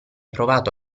provato